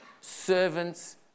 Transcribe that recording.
servants